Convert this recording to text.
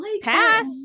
pass